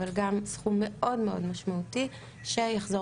אבל גם סכום מאוד מאוד משמעותי שיחזור